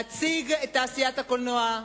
להציג את תעשיית הקולנוע,